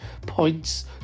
points